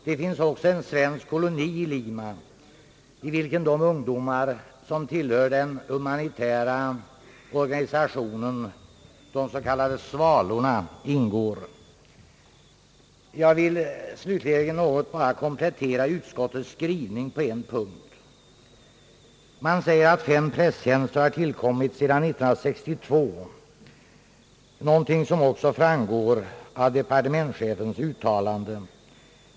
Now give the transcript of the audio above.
Det finns också en svensk koloni i Lima, i vilken de ungdomar som tillhör den humanitära organisationen »Svalorna» ingår. Jag vill komplettera utskottets skrivning på en punkt. Det sägs att fem prästtjänster har tillkommit sedan 1962 — något som också framgår av departementschefens uttalande.